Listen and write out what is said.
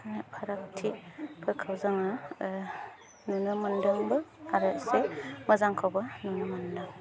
फारागथिफोरखौ जोङो नुनो मोन्दोंबो आरो एसे मोजांखौबो नुनो मोन्दों